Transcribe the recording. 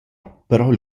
però